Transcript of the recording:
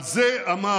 על זה אמר